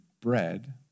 bread